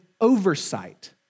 oversight